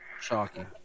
Shocking